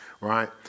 right